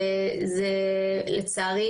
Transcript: לצערי,